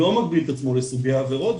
לא מגביל את עצמו לסוגי העבירות,